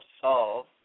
solve